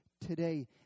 today